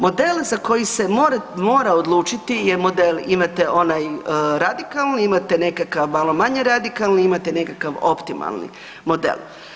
Model za koji se mora odlučiti je model, imate onaj radikalni, imate nekakav malo manje radikalni, imate nekakav optimalni model.